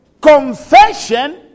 Confession